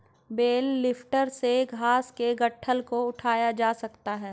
bell lifter से घास के गट्ठल को उठाया जा सकता है